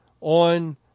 on